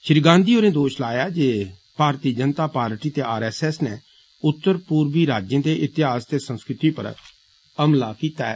श्री गांधी होरें दोश लाया जे भारत जनता पार्टी ते आर एस एस नै उत्तर पूर्वी राज्यें दे इतिहास ते संस्कृति पर हमला कीता ऐ